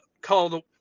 called